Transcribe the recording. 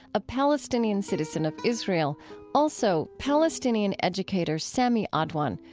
a palestinian citizen of israel also palestinian educator sami adwan,